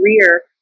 career